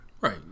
Right